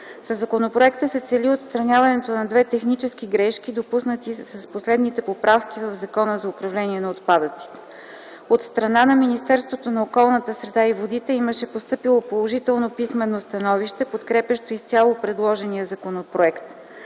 Със законопроекта се цели отстраняването на две технически грешки, допуснати с последните поправки в Закона за управление на отпадъците. От страна на Министерството на околната среда и водите имаше постъпило положително писмено становище, подкрепящо изцяло предложения законопроект.